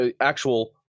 actual